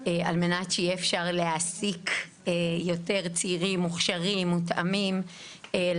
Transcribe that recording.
על מנת שיהיה אפשר להעסיק יותר צעירים מוכשרים ומותאמים לתפקיד.